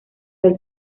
del